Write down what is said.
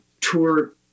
tour